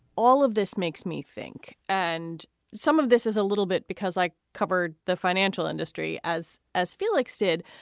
all of this makes me think and some of this is a little bit because i covered the financial industry as as felix did.